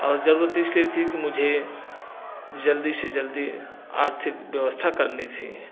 और जरुरत इसलिए थी कि मुझे जल्दी से जल्दी आर्थिक व्यवस्था करनी थी